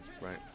Right